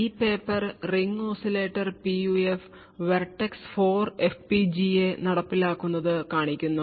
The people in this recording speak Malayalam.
ഈ paper ring oscillator PUF vertex 4 FPGA നടപ്പിലാക്കുന്നത് കാണിക്കുന്നു